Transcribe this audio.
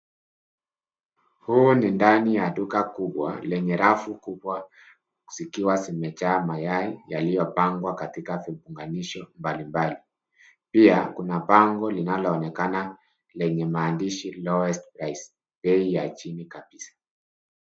Huu ni ndani ya duka kubwa, lenye rafu kubwa zikiwa zimejaa mayai yaliyopangwa katika vifunganisho mbali mbali. Pia kuna bango linaloonekana lenye maandishi lowest price bei ya chini kabisa.